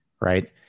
right